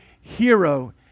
hero